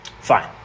Fine